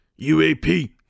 UAP